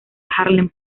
harlem